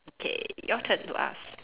okay your turn to ask